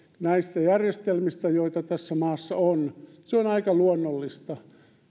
näistä järjestelmistä joita tässä maassa on se on aika luonnollista